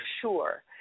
sure